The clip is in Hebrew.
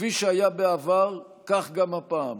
כפי שהיה בעבר, גם הפעם